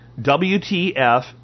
WTF